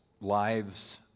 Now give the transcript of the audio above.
lives